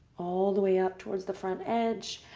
all the way up towards the front edge.